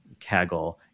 Kaggle